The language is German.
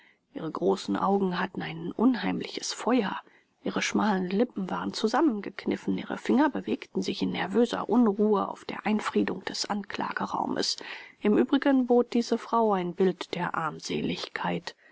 ihre großen augen hatten ein unheimliches feuer ihre schmalen lippen waren zusammengekniffen ihre finger bewegten sich in nervöser unruhe auf der einfriedigung des anklageraumes im übrigen bot diese frau ein bild der armseligkeit